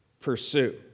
pursue